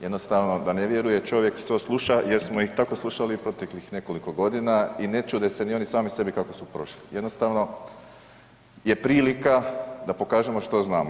Jednostavno da ne vjeruje čovjek što sluša jer smo ih tako slušali proteklih nekoliko godina i ne čude se ni oni sami sebi kako su prošli, jednostavno je prilika da pokažemo što znamo.